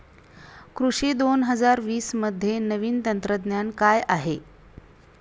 कृषी दोन हजार वीसमध्ये नवीन तंत्रज्ञान काय आहे?